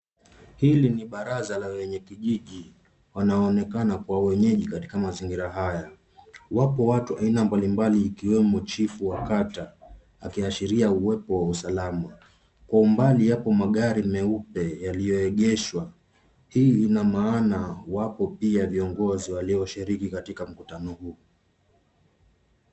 Hili ni baraza la wenye kijiji wanaoonekana kwa wenyeji katika mazingira haya. Wapo watu aina mbalimbali ikiwemo chifu wa kata akiashiria uwepo wa usalama. Kwa umbali yapo magari meupe yaliyoegeshwa, hii ina maana wapo pia vingozi walioshiriki katika mkutano huu.